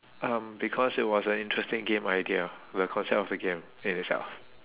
um because it was an interesting game idea the concept of the game in itself